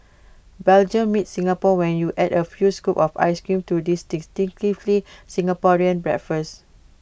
Belgium meets Singapore when you add A few scoops of Ice Cream to this distinctively Singaporean breakfast